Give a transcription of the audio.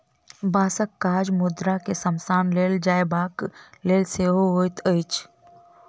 बाँसक काज मुर्दा के शमशान ल जयबाक लेल सेहो होइत अछि